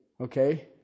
Okay